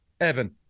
Evan